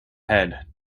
head